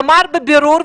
אמר בבירור,